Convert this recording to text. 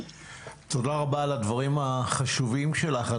תודה רבה על הדברים החשובים שלך.